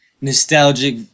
nostalgic